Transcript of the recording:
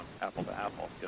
apple-to-apple